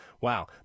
wow